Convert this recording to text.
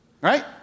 Right